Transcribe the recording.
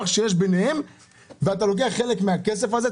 שיש ביניהם ואתה לוקח חלק מהכסף הזה.